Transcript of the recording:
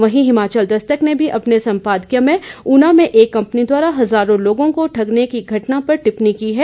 वहीं हिमाचल दस्तक ने भी अपने संपादकीय में ऊना में एक कंपनी द्वारा हजारों लोगों को ठगने की घटना पर टिप्पणी की है